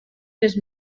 les